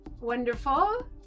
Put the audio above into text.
wonderful